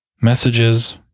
messages